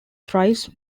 thrice